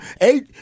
eight